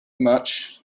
much